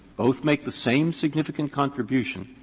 both make the same significant contribution,